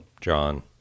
John